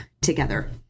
together